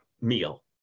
meal